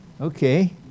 Okay